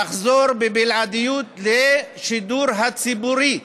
יחזרו בבלעדיות לשידור הציבורי,